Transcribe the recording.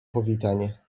powitanie